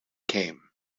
came